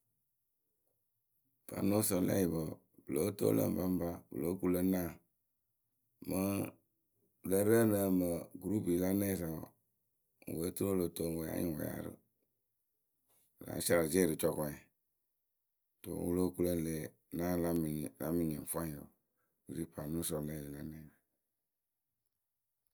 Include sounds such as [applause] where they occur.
pano solɛpǝ wǝǝ pɨ lóo toŋ lǝ ŋpaŋpa pɨ lóo kuŋ lǝ naawǝ. Mɨŋ pɨ lǝ rǝǝnɨ [hesitation] gɨrupi la nɛŋwǝ sa wǝǝ we oturu o lo too we a nyɩŋ wɨ yaa rɨ wɨ láa saarɨzie rɨ cɔkɔŋyǝ tuwǝ wɨ lóo kuŋ lǝ ŋle la ya la mɨ nyɩŋ la mɨ nyɩŋ fwanyɩ wǝǝ wɨ ri pano solɛ la nɛŋ wǝǝ.